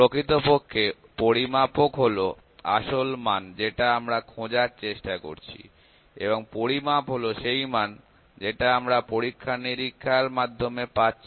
প্রকৃতপক্ষে পরিমাপক হলো আসল মান যেটা আমরা খোঁজার চেষ্টা করছি এবং পরিমাপ হলো সেই মান যেটা আমরা পরীক্ষা নিরীক্ষার মাধ্যমে পাচ্ছি